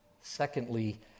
Secondly